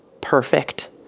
perfect